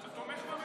אתה תומך בממשלה.